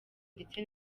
ndetse